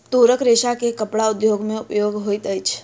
तूरक रेशा के कपड़ा उद्योग में उपयोग होइत अछि